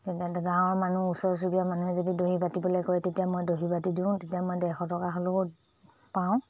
তেতিয়া গাঁৱৰ মানুহ ওচৰ চুুৰীয়া মানুহে যদি দহ বাতিবলৈ কয় তেতিয়া মই দহি বাতি দিওঁ তেতিয়া মই ডেৰশ টকা হ'লেও পাওঁ